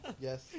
yes